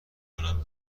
کنم